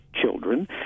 children